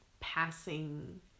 passing